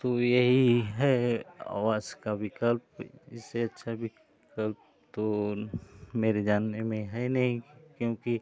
तो यही है आवास का विकल्प इससे अच्छा विकल्प तो मेरे जानने में है नहीं क्योंकि